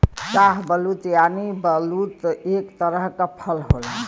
शाहबलूत यानि बलूत एक तरह क फल होला